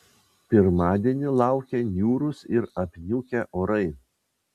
pirmadienį laukia niūrūs ir apniukę orai